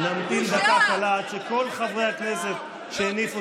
נמתין דקה קלה עד שכל חברי הכנסת שהניפו